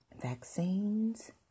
vaccines